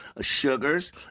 sugars